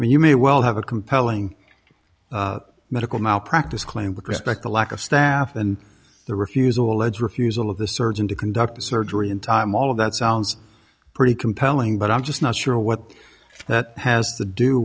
care and you may well have a compelling medical malpractise claim with respect the lack of staff and the refusal alleged refusal of the surgeon to conduct the surgery in time all of that sounds pretty compelling but i'm just not sure what that has to do